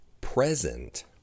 present